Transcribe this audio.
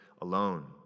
alone